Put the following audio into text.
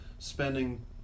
spending